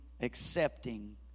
accepting